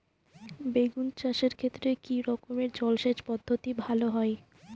বেগুন চাষের ক্ষেত্রে কি রকমের জলসেচ পদ্ধতি ভালো হয়?